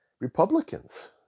Republicans